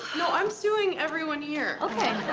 no, i'm suing everyone here. okay.